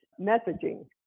messaging